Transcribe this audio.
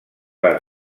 les